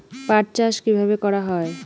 পাট চাষ কীভাবে করা হয়?